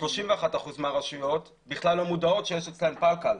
31% מהרשויות בכלל לא מודעות שיש אצלן פלקל.